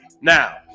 Now